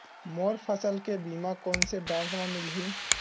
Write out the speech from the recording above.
मोर फसल के बीमा कोन से बैंक म मिलही?